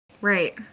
Right